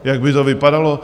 Jak by to vypadalo?